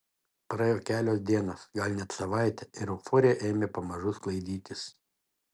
praėjo kelios dienos gal net savaitė ir euforija ėmė pamažu sklaidytis